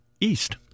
East